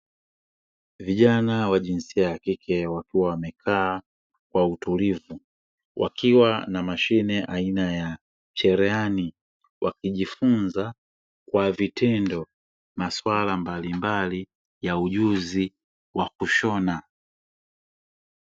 Vijana wa jinsia ya kike wakiwa wamekaa kwa utulivu wakiwa na mashine aina ya cherehani wakijifunza kwa vitendo maswala mbalimbali ya ujuzi wa kushona.